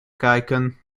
kijken